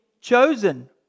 chosen